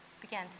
began